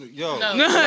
yo